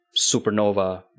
supernova